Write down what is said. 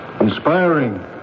Inspiring